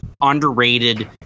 underrated